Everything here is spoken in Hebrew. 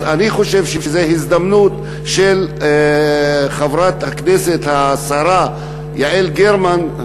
אני חושב שזו הזדמנות של חברת הכנסת השרה יעל גרמן,